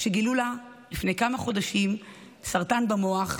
שגילו לה לפני כמה חודשים סרטן במוח,